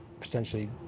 potentially